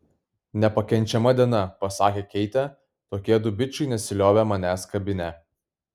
nepakenčiama diena pasakė keitė tokie du bičai nesiliovė manęs kabinę